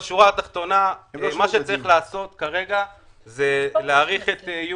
בשורה התחתונה: כרגע צריך להאריך את מה שנקבע עד